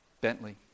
Bentley